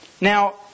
Now